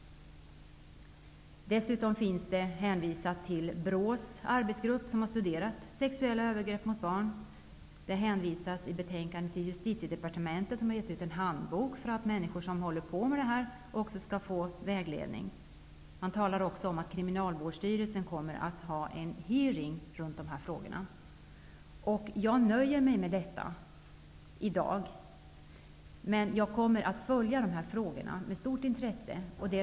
Dessutom hänvisas det i betänkandet till BRÅ:s arbetsgrupp som har studerat sexuella övergrepp mot barn. Det hänvisas även till Justitiedepartementet som har gett ut en handbok för att människor som arbetar med detta skall få vägledning. Det talas också om att Kriminalvårdsstyrelsen kommer att ha en hearing om dessa frågor. Jag nöjer mig med detta i dag. Men jag kommer att följa dessa frågor med stort intresse.